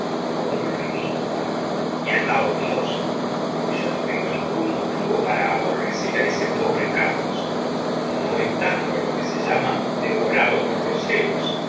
muy ridículo y hasta odioso porque yo no tengo ningún motivo para aborrecer á ese pobre carlos no estando lo que se llama devorado por los gustavo flaubert celos